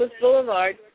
Boulevard